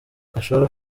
gashora